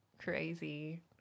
crazy